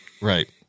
Right